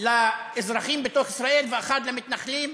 לאזרחים בתוך ישראל ואחת למתנחלים?